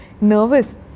nervous